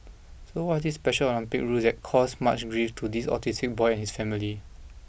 so what this special Olympic rule that caused much grief to this autistic boy and his family